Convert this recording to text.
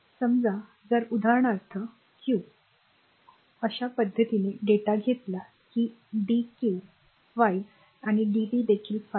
समजा जर उदाहरणार्थ क्यू समजा अशा पद्धतीने डेटा घेतला की डि क्यू 5 आणि डि टी देखील 5 आहे